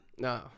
No